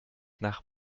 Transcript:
nach